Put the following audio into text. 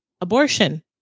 abortion